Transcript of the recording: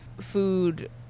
food